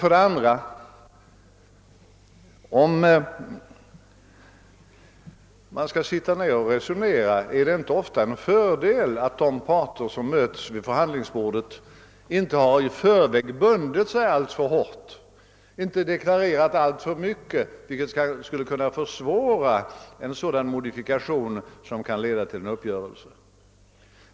För det andra är det ofta en fördel att de som möts vid förhandlingsbordet inte i förväg har bundit sig alltför hårt och inte har deklarerat alltför mycket, vilket skulle kunna försvåra en modifikation som skulle kunna leda till en uppgörelse.